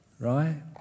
right